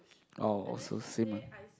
oh so same ah